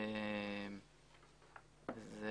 זה